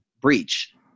breach